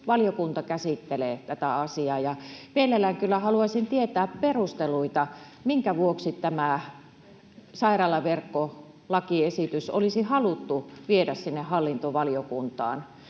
terveysvaliokunta käsittelee tätä asiaa. Mielelläni kyllä haluaisin tietää perusteluita, minkä vuoksi tämä sairaalaverkkolakiesitys olisi haluttu viedä sinne hallintovaliokuntaan.